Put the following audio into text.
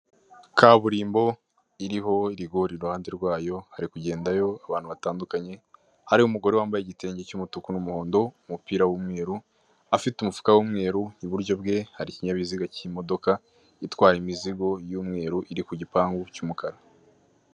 Kaburimbo iriho rigori iruhande rwayo hari kugendayo abantu batandukanye, hariho umugore wambaye igitenge cy'umutuku n'umuhondo umupira w'umweru, afite umufuka w'umweru iburyo bwe hari ikinyabiziga cy'imodoka itwaye imizigo y'umweru iri ku gipangu cy'umukara.